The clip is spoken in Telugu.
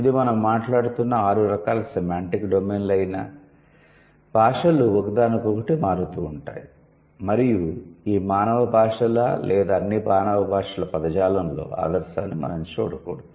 ఇది మనం మాట్లాడుతున్న ఆరు రకాల సెమాంటిక్ డొమైన్లు అయినా భాషలు ఒకదానికొకటి మారుతూ ఉంటాయి మరియు ఈ మానవ భాషల లేదా అన్ని మానవ భాషల పదజాలంలో ఆదర్శాన్ని మనం చూడకూడదు